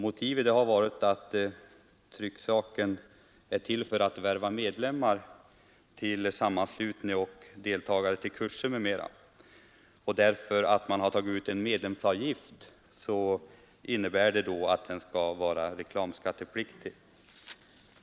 Motivet är att trycksaken kommit till för att värva medlemmar till sammanslutningen och till kurser m.m. Eftersom man har tagit ut en medlemsavgift skall foldern vara reklamskattepliktig.